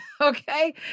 Okay